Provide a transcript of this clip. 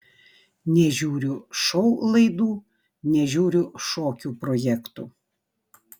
nežiūriu šou laidų nežiūriu šokių projektų